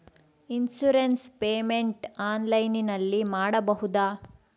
Insurance payment ಆನ್ಲೈನಿನಲ್ಲಿ ಮಾಡಬಹುದಾ?